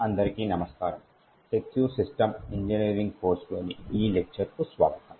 అందరికీ నమస్కారం secure system engineering course లోని ఈ లెక్చర్ కు స్వాగతం